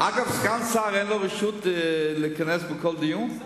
אגב, סגן שר, אין לו רשות להיכנס בכל דיון?